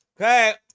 Okay